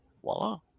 voila